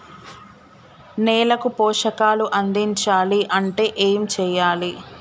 నేలకు పోషకాలు అందించాలి అంటే ఏం చెయ్యాలి?